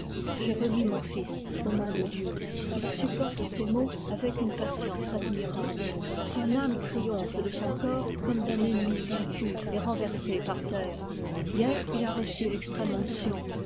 j'ai remis mon fils aux mains de dieu il supporte ses maux avec une patience admirable son âme triomphe de son corps comme d'un ennemi vaincu hier il a reçu